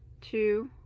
two